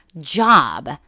job